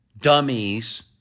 dummies